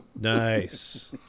Nice